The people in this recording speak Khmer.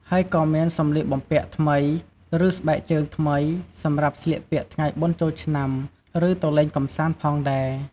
ហើយក៏មានសំលៀកបំពាក់ថ្មី ឬស្បែកជើងថ្មី សម្រាប់ស្លៀកពាក់ថ្ងៃបុណ្យចូលឆ្នាំ ឬទៅលេងកម្សាន្តផងដែរ។